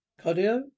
Cardio